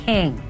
King